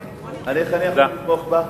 איך אני יכול לתמוך בה?